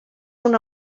una